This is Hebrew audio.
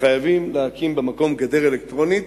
שחייבים להקים במקום גדר אלקטרונית.